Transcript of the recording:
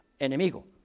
enemigo